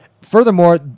Furthermore